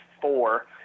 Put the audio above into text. four